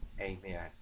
amen